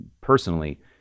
personally